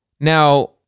Now